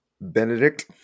Benedict